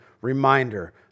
reminder